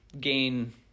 gain